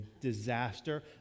disaster